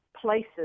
places